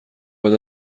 بعد